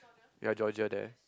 ya Georgia there